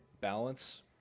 balance